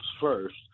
first